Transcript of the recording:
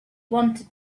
wanted